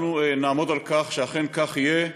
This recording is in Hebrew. אנחנו נעמוד על כך שאכן כך יהיה.